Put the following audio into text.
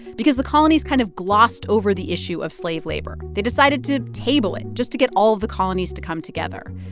because the colonies kind of glossed over the issue of slave labor. they decided to table it just to get all of the colonies to come together.